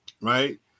right